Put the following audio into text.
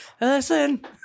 listen